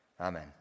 Amen